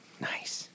Nice